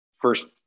first